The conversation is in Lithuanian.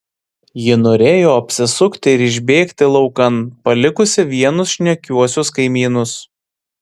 ji norėjo apsisukti ir išbėgti laukan palikusi vienus šnekiuosius kaimynus